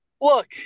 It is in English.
Look –